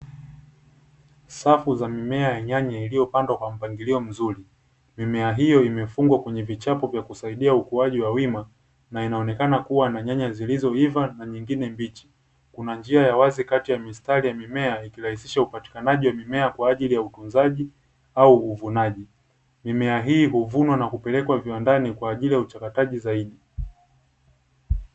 Safu za mimea ya nyanya iliyopandwa kwa mpangilio mzuri, mimea hiyo imefungwa kwa vichapo vya kusaidia ukuaji wa wima, na inaonekana kuwa na nyanya zilizoiva na nyingine mbichi, kuna njia ya wazi kati ya mistari ya mimea ikirahisisha upatikanaji wa mimea kwaajili ya utunzaji au uvunaji mimea hii huvunwa na kupelekwa viwandani kwaajili ya uchakataji zaidi.